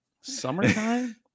Summertime